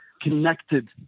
connected